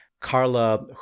Carla